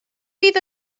fydd